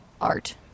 art